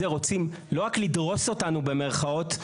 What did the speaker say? זה רוצים לא רק לדרוס אותנו, במירכאות,